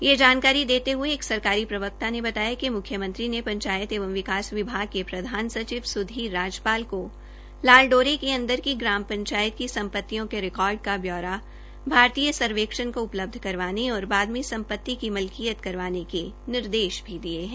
ये जानकारी देते हये एक सरकारी प्रवक्ता ने बताया कि मुख्यमंत्री ने पंचायत एवं विकास विभाग के प्रधान सचिव सुधीर राजपाल को लाल डोरे के अंदर की ग्राम पंचायत की सम्पतियों के रिकार्ड का ब्यौरा भारतीय सर्वेक्षण को उपलब्ध करवाने के निर्देश भी दिये है